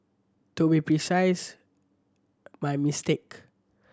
to be precise my mistake